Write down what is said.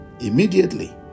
Immediately